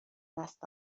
دست